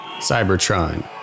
cybertron